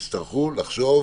יצטרכו לחשוב